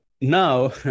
Now